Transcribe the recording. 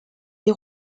des